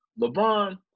LeBron